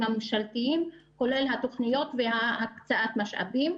הממשלתיים כולל התוכניות והקצאת המשאבים.